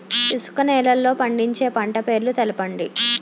ఇసుక నేలల్లో పండించే పంట పేర్లు తెలపండి?